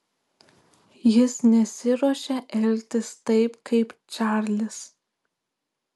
jis nesiruošia elgtis taip kaip čarlis